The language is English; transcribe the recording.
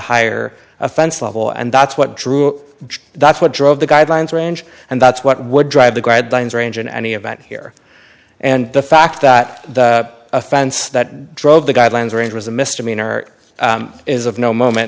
higher offense level and that's what drew that's what drove the guidelines range and that's what would drive the guidelines range in any event here and the fact that the offense that drove the guidelines or injuries a misdemeanor is of no moment